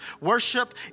Worship